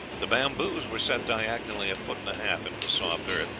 the bamboos were set diagonally a foot and a half into the soft earth,